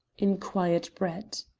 inquired brett.